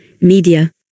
Media